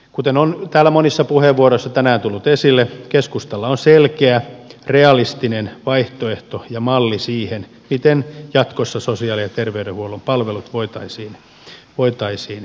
kuten on täällä monissa puheenvuoroissa tänään tullut esille keskustalla on selkeä realistinen vaihtoehto ja malli siihen miten jatkossa sosiaali ja terveydenhuollon palvelut voitaisiin toteuttaa